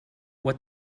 what